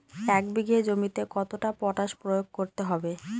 এক বিঘে জমিতে কতটা পটাশ প্রয়োগ করতে হবে?